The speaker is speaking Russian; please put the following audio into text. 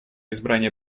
избрание